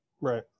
Right